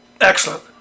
Excellent